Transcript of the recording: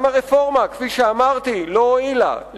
גם הרפורמה, כפי שאמרתי, לא הועילה.